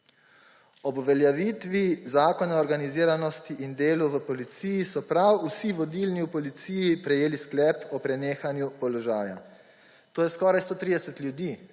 Ob uveljavitvi Zakona o organiziranosti in delu v policiji so prav vsi vodilni v policiji prejeli sklep o prenehanju položaja. To je skoraj 130 ljudi